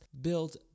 build